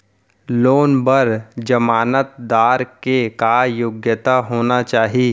Loan बर जमानतदार के का योग्यता होना चाही?